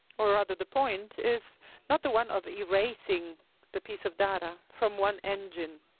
or rather the point, is not the one of erasing the piece of data from one engine.